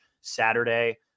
Saturday